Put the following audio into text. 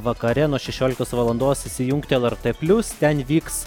vakare nuo šešioliktos valandos įsijungt lrt plius ten vyks